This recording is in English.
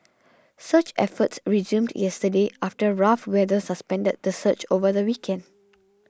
search efforts resumed yesterday after rough weather suspended the search over the weekend